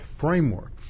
framework